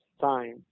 time